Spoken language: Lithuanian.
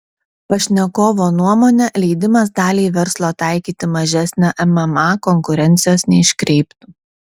pašnekovo nuomone leidimas daliai verslo taikyti mažesnę mma konkurencijos neiškreiptų